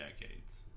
decades